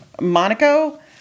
Monaco